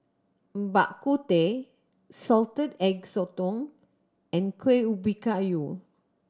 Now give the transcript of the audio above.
Bak Kut Teh Salted Egg Sotong and Kuih Ubi Kayu